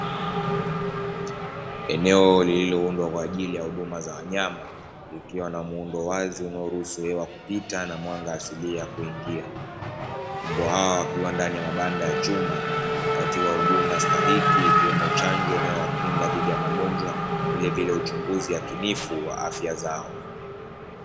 Eneo lililoundwa kwa ajili ya huduma za wanyama ikiwa na muundo wazi unaoruhusu hewa kupita na mwanga asilia kuingia. Mbwa hawa wakiwa ndani ya mabanda ya chuma hupatiwa huduma stahiki ikiwemo chanjo inayowakinga dhidi ya magonjwa vilevile uchunguzi yakinifu wa afya zao.